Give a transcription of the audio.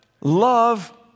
Love